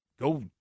go